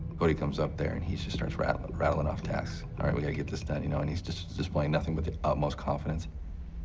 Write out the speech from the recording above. cody comes up there, and he just starts rattling, rattling off tasks, all right, we gotta get this done, you know and he's just displaying nothing but the utmost confidence.